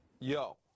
Yo